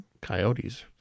coyotes